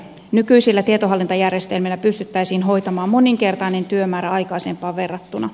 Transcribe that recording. nykyisillä tietohallintojärjestelmillä pystyttäisiin hoitamaan moninkertainen työmäärä aikaisempaan verrattuna